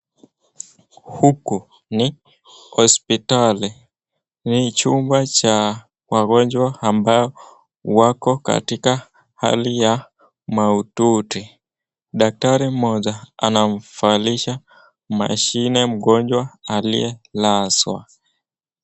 Huku ni hospitali ni chumba cha wagonjwa ambao wako katika hali ya mahututi. Daktari moja anamvalisha mashine mgonjwa aliyelazwa.